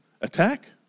attack